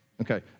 Okay